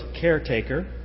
caretaker